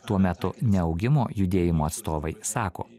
tuo metu neaugimo judėjimo atstovai sako